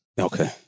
Okay